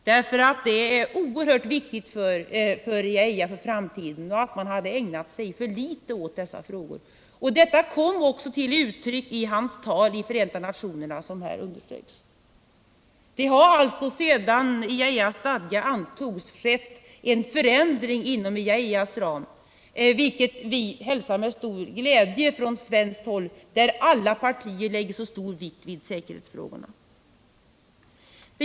Detta är oerhört viktigt för IAEA. Han sade att man ägnat sig för litet åt dessa frågor, vilket också kom till uttryck i hans tal i Förenta nationerna. Det har sedan IAEA:s stadgar antogs skett en förändring inom IAEA:s ram, vilket vi hälsar med stor glädje från svenskt håll. Alla partier lägger nu stor vikt vid säkerhetsfrågorna.